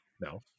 No